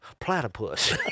platypus